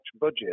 budget